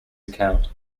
account